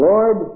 Lord